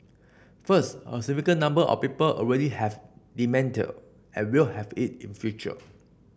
first a significant number of people already have dementia or will have it in future